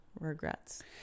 regrets